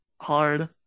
hard